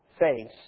face